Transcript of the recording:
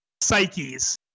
psyches